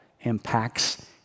impacts